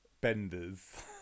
benders